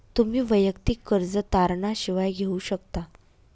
तुम्ही वैयक्तिक कर्ज तारणा शिवाय घेऊ शकता